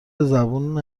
زبون